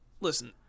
listen